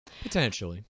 Potentially